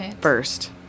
first